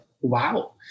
wow